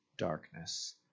darkness